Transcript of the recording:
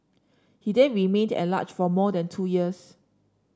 he then remained at large for more than two years